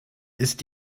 ist